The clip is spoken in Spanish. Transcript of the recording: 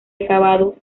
acabado